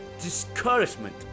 discouragement